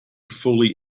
fully